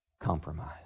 Compromise